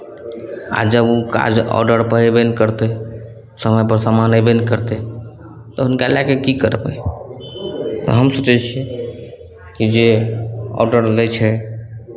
आ जब ओ काज ऑर्डरपर अयबे नहि करतै समयपर समान अयबे नहि करतै तऽ हुनका लए कऽ की करबै तऽ हम सोचै छियै कि जे ऑडर लै छै